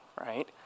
right